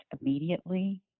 immediately